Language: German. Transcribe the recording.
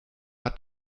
hat